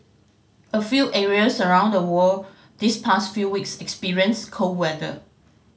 a few areas around the world this past few weeks experienced cold weather